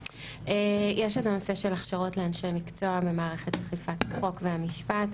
יש את הנושא של הכשרות לאנשי מקצוע ממערכת אכיפת החוק והמשפט.